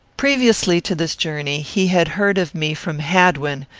previously to this journey, he had heard of me from hadwin,